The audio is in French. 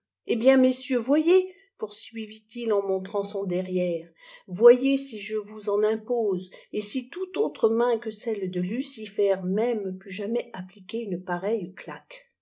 eh bien messieurs voyez poursuivit-il en monirant son derrière voyez si je vous en impose et si toute autre main que celle de lucifer même put jamais appliquer une pareille